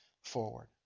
forward